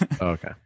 Okay